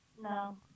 No